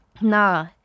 Nah